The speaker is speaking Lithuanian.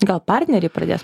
gal partneriai pradės